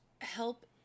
help